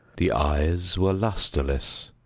the eyes were lustreless.